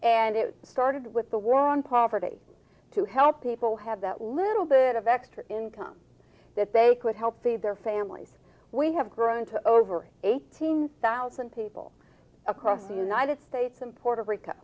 and it started with the war on poverty to help people have that little bit of extra income that they could help feed their families we have grown to over eighteen thousand people across the united states and puerto rico